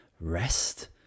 rest